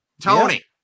Tony